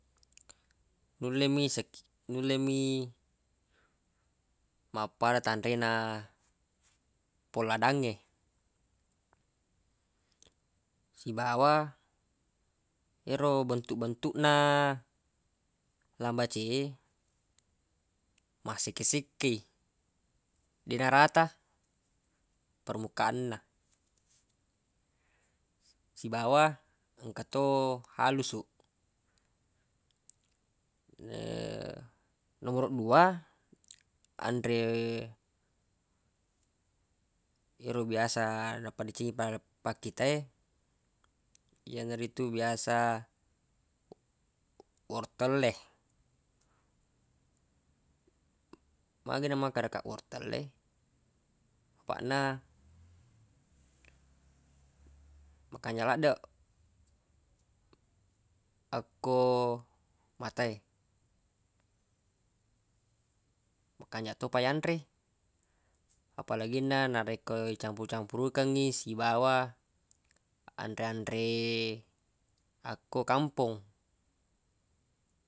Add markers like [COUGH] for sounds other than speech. Nulle mi [HESITATION] nulle mi mappada tanre na po ladangnge sibawa ero bentuq-bentuq na lambace e massekke-sekke i deq narata permukaan na sibawa engka to halusu [HESITATION] nomoroq dua anre [HESITATION] yero biasa napadecengi pakkita e yanaritu biasa wortelle magi na makkadakaq wortelle apaq na [NOISE] makanjaq laddeq akko matae makanjaq topa yanre apalaginna narekko icampu-campurukengngi sibawa anre-anre akko kampong.